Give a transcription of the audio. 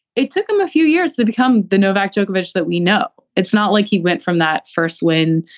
it took him a few years to become the novak djokovic that we know. it's not like he went from that first win,